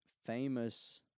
Famous